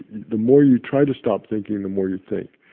the more you try to stop thinking, the more you think,